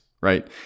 right